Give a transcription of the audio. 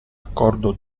accordo